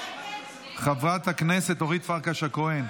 חברת הכנסת אורית פרקש הכהן,